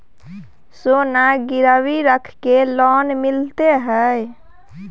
सोना गिरवी रख के लोन मिलते है?